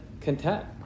content